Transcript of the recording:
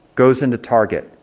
goes into target.